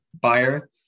buyer